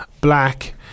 black